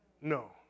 No